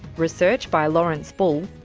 research by lawrence bull,